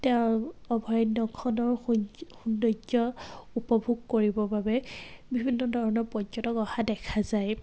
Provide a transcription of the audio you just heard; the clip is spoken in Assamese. তেওঁৰ অভয়াৰণ্য়খনৰ সৌন্দ সৌন্দৰ্য উপভোগ কৰিবৰ বাবে বিভিন্ন ধৰণৰ পৰ্যটক অহা দেখা যায়